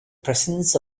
presence